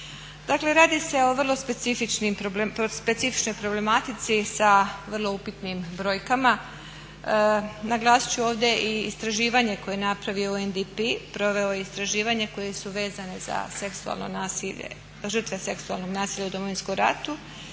Dakle radi se o vrlo specifičnoj problematici sa vrlo upitnim brojkama. Naglasit ću ovdje i istraživanje koje je napravio UNDP, proveo je istraživanje koje su vezane za žrtve seksualnog nasilja u Domovinskom ratu